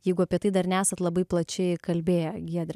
jeigu apie tai dar nesat labai plačiai kalbėję giedre